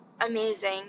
amazing